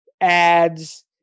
ads